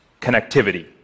Connectivity